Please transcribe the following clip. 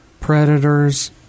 predators